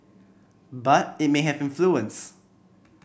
but it may have influence